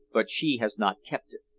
but she has not kept it.